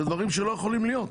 אלה דברים שלא יכולים להיות.